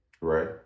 Right